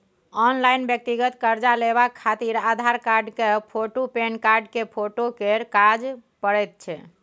online व्यक्तिगत कर्जा लेबाक खातिर आधार कार्ड केर फोटु, पेनकार्ड केर फोटो केर काज परैत छै